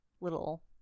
little